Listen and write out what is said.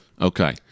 okay